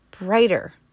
brighter